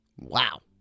Wow